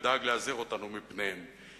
ודאג להזהיר אותנו מפניהם.